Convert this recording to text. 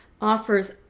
offers